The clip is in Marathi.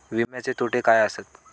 विमाचे तोटे काय आसत?